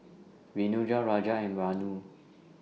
Raja and Vanu